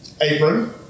apron